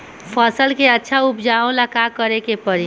फसल के अच्छा उपजाव ला का करे के परी?